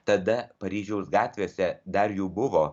tada paryžiaus gatvėse dar jų buvo